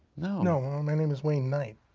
no. no, my name is wayne knight.